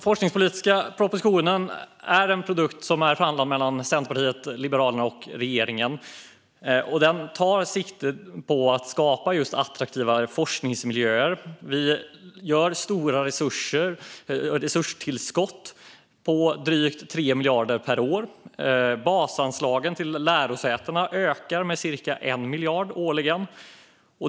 Forskningspolitiska propositionen har förhandlats fram mellan Centerpartiet, Liberalerna och regeringen, och den tar sikte på att skapa just attraktiva forskningsmiljöer. Vi gör stora resurstillskott på drygt 3 miljarder per år. Basanslagen till lärosätena ökar med cirka 1 miljard årligen.